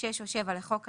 6 או 7 לחוק הנכים".